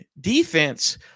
defense